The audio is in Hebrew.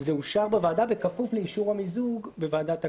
זה אושר בוועדה בכפוף לאישור המיזוג בוועדת הכנסת.